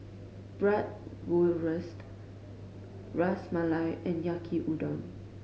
Bratwurst Ras Malai and Yaki Udon